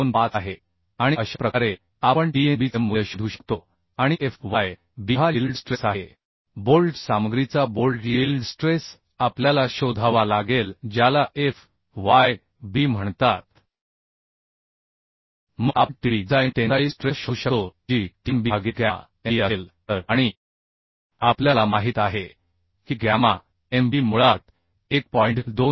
25 आहे आणि अशा प्रकारे आपण Tnbचे मूल्य शोधू शकतो आणि Fybहा यील्ड स्ट्रेस आहे बोल्ट सामग्रीचा बोल्ट यील्ड स्ट्रेस आपल्याला शोधावा लागेल ज्याला fyb म्हणतात मग आपण Tdb डिझाइन टेन्साईल स्ट्रेंथ शोधू शकतो जी Tnb भागिले गॅमा mb असेल तर आणि आपल्याला माहित आहे की गॅमा mb मुळात 1